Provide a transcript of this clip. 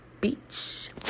Beach